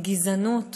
מגזענות